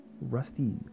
Rusty